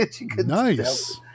Nice